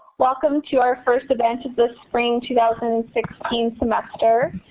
welcome to our first event of the spring two thousand and sixteen semester.